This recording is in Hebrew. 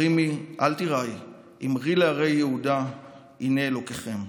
הרימי, אל תיראי, אמרי לערי יהודה הנה אלהיכם".